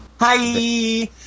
Hi